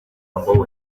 umurambo